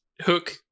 Hook